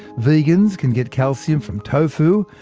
vegans can get calcium from tofu,